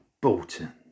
Bolton